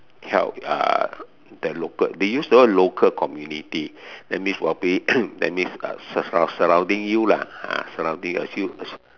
help uh the local they use the word local community that means probably that means uh surrounding you lah ah surrounding